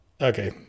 Okay